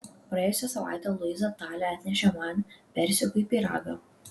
praėjusią savaitę luiza tali atnešė man persikų pyragą